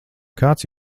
kāds